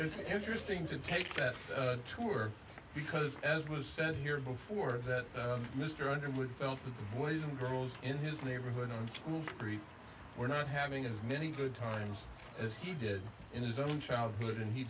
it's interesting to take that tour because as was said here before that mr underwood fell for the boys and girls in his neighborhood brief were not having as many good times as he did in his own childhood and he